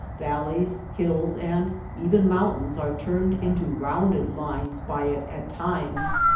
valleys, hills, and even mountains are turned into rounded lines by it at times.